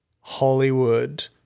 Hollywood